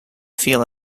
feel